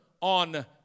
on